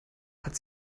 hat